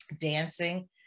dancing